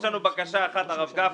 הרב גפני,